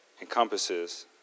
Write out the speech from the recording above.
encompasses